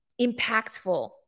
impactful